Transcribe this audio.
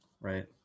right